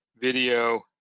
video